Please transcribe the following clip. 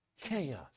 chaos